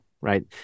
right